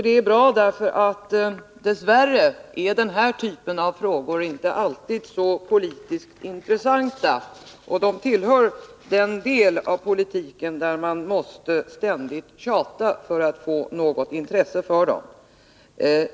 Det är bra därför att den här typen av frågor dess värre inte alltid är så politiskt intressanta, och de tillhör den del av politiken där man ständigt måste tjata för att väcka något intresse.